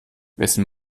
wessen